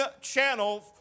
channel